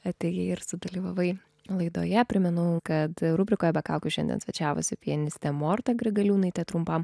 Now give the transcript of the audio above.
atėjai ir sudalyvavai laidoje primenu kad rubrikoje be kaukių šiandien svečiavosi pianistė morta grigaliūnaitė trumpam